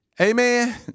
Amen